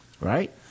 right